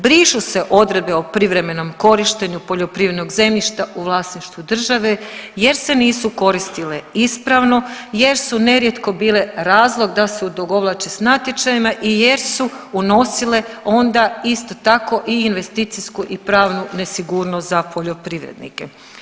Brišu se odredbe o privremenom korištenju poljoprivrednog zemljišta u vlasništvu države jer se nisu koristile ispravno, jer su nerijetko bile razlog da se odugovlači s natječajima i jer su unosile onda isto tako i investicijsku i pravnu nesigurnost za poljoprivrednike.